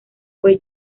fue